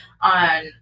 on